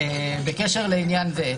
בקשר לעניין זה,